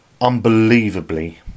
unbelievably